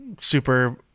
super